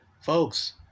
folks